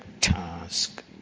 task